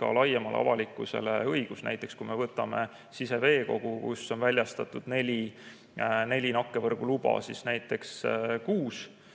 ka laiemale avalikkusele õigus, näiteks, kui me võtame siseveekogu, kus on väljastatud näiteks neli nakkevõrguluba kuus, ühes kuus,